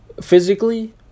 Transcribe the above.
physically